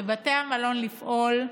לבתי המלון לפעול,